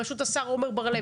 בראשות השר עומר בר לב,